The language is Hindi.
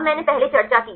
अब मैंने पहले चर्चा की